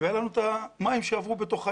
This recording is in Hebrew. והיה לנו את המים שעברו בתוך העיר.